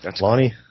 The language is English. Lonnie